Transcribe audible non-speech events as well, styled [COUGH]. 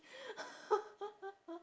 [LAUGHS]